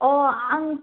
अ आं